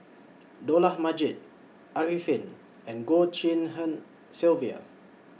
Dollah Majid Arifin and Goh Tshin En Sylvia